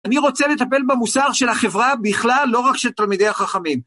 אני רוצה לטפל במוסר של החברה בכלל, לא רק של תלמידי החכמים.